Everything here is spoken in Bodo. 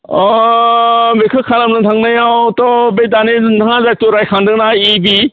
अ बेखौ खालामनो थांनायावथ' बे दानि नोंथाङा जायखौ रायखांदोंना इ बि